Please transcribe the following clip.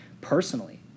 Personally